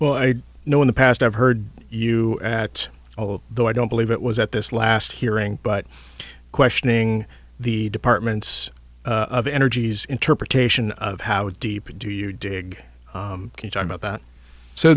well i know in the past i've heard you at all though i don't believe it was at this last hearing but questioning the departments of energy's interpretation of how deep do you dig you talk about that so